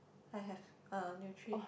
I have uh nutri~